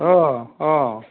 অ' অ'